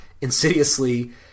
insidiously